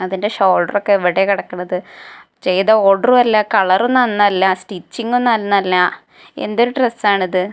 അതിൻ്റെ ഷോൾഡർ ഒക്കെ എവിടെയാണ് കിടക്കുന്നത് ചെയ്ത ഓർഡറും അല്ല കളറും നന്നല്ല സ്റ്റിച്ചിംഗും നന്നല്ല എന്തൊരു ഡ്രസ്സാണ് ഇത്